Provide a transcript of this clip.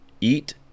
eat